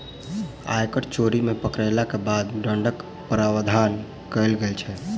आयकर चोरी मे पकड़यलाक बाद दण्डक प्रावधान कयल गेल छै